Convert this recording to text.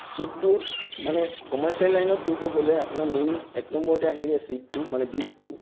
ছীডটো মানে কমাৰ্চিয়েল লাইনত কৰিব গ'লে আপোনাৰ মেইন এক নম্বৰতে আহিলে ছীডটো মানে বীজটো